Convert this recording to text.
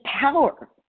power